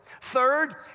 Third